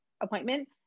appointment